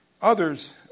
Others